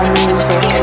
music